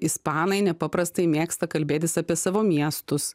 ispanai nepaprastai mėgsta kalbėtis apie savo miestus